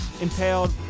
impaled